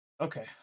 okay